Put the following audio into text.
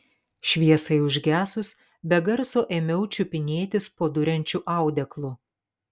šviesai užgesus be garso ėmiau čiupinėtis po duriančiu audeklu